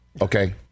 okay